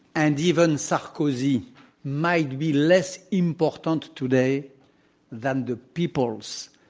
and even sarkozy might be less important today than the peoples,